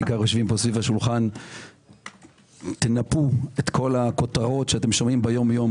יושבים פה סביב השולחן - תנפו את כל הכותרות שאתם שומעים ביום-יום.